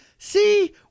See